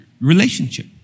relationship